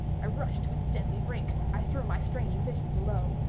i rushed to its deadly brink. i threw my straining vision below.